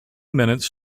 minutes